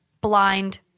blind